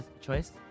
choice